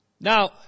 Now